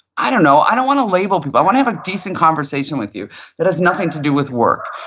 i don't know, i don't want to label people, i want to have a decent conversation with you that has nothing to do with work.